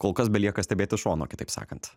kol kas belieka stebėti iš šono kitaip sakant